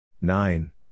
nine